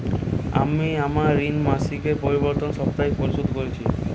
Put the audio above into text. আমি আমার ঋণ মাসিকের পরিবর্তে সাপ্তাহিক পরিশোধ করছি